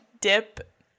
dip